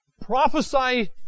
Prophesy